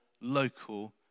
local